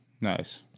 Nice